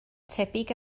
tebyg